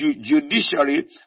judiciary